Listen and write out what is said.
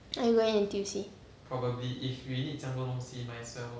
are you going N_T_U_C